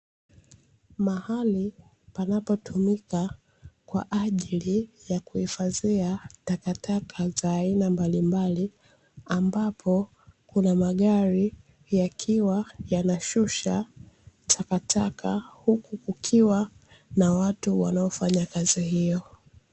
Mahali panapotumika kwaajili ya kuhifadhia takataka za aina mbalimbali, ambapo kuna magari yakiwa yanashusha takataka, huku kukiwa na watu wanaofanya kazi hiyo